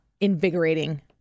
invigorating